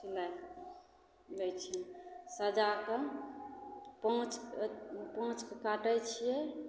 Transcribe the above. सिलाइके लए छियै सजाके पाँच पाँचके काटय छियै